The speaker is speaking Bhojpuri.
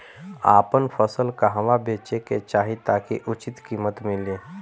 आपन फसल कहवा बेंचे के चाहीं ताकि उचित कीमत मिली?